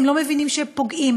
הם לא מבינים שהם פוגעים,